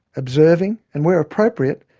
observing, and where appropriate,